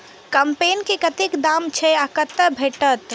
कम्पेन के कतेक दाम छै आ कतय भेटत?